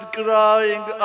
crying